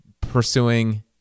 pursuing